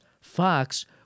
Fox